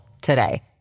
today